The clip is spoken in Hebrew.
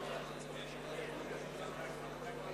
בבקשה.